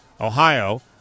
Ohio